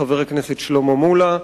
חבר הכנסת שלמה מולה.